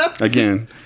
again